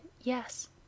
Yes